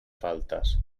faltes